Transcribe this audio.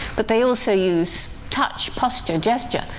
but they also use touch, posture, gesture,